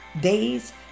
days